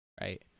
Right